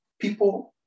people